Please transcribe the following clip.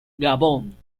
gabón